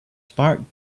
sparkled